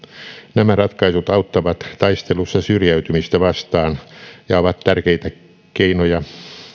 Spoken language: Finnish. nämä ratkaisut auttavat taistelussa syrjäytymistä vastaan ja ovat tärkeitä keinoja